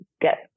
get